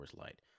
Light